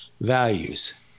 values